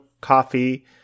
Coffee